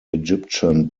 egyptian